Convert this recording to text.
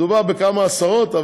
מדובר בכמה עשרות.